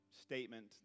statement